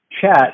chat